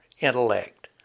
intellect